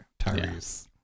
Tyrese